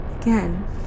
again